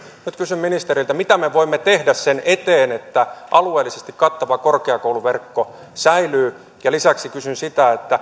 kysyn ministeriltä mitä me voimme tehdä sen eteen että alueellisesti kattava korkeakouluverkko säilyy lisäksi kysyn